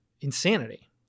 insanity